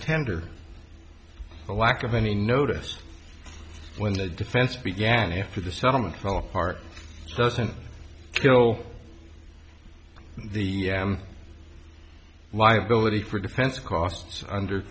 tender the lack of any notice when the defense began after the settlement fell apart doesn't kill the liability for defense costs under